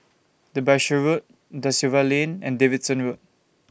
Derbyshire Road DA Silva Lane and Davidson Road